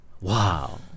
wow